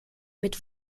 mit